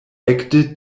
ekde